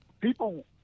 people